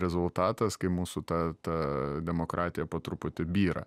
rezultatas kai mūsų ta ta demokratija po truputį byra